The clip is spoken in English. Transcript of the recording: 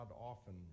often